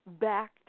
back